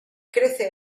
crece